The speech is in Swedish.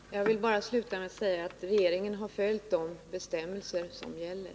Herr talman! Jag vill bara sluta med att säga att regeringen har följt de bestämmelser som gäller.